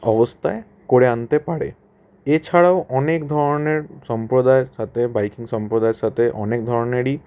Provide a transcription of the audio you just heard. অবস্থায় করে আনতে পারে এছাড়াও অনেক ধরনের সম্প্রদায়ের সাথে বাইকিং সম্প্রদায়ের সাথে অনেক ধরনেরই